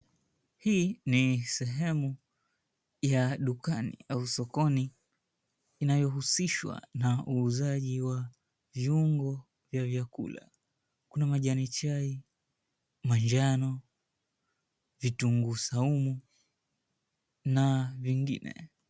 Hii ni sehemu ya dukani au sokoni inayohusishwa na uuzaji wa viungo vya vyakula. Kuna majani chai manjano, vitunguu saumu na vingine.